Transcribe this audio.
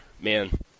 man